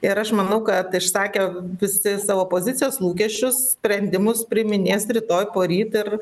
ir aš manau kad išsakė visi savo pozicijas lūkesčius sprendimus priiminės rytoj poryt ir